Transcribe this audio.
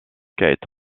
kate